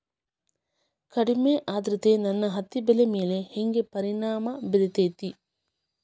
ಕಡಮಿ ಆದ್ರತೆ ನನ್ನ ಹತ್ತಿ ಬೆಳಿ ಮ್ಯಾಲ್ ಹೆಂಗ್ ಪರಿಣಾಮ ಬಿರತೇತಿ?